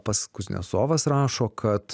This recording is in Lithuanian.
pats kuznecovas rašo kad